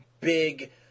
Big